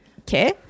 okay